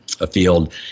afield